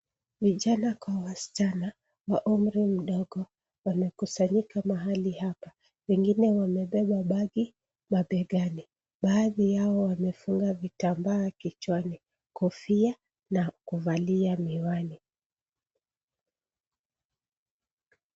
Vijana kwa wasichana wa umri mdogo wamekusanyika mahali hapa wengine wamebeba bagi mabegani. Baadhi yao wamefunga vitambaa kichwani kofia na kuvalia.